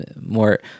more